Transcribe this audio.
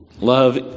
Love